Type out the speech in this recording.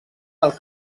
del